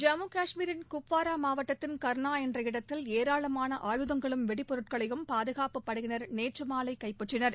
ஜம்மு காஷ்மீரின் குப்வாரா மாவட்டத்தின் கா்னா என்ற இடத்தில் ஏராளமான ஆயுதங்களையும் வெடிப்பொருட்களையும் பாதுகாப்புப் படையினர் நேற்று மாலை கைப்பற்றினர்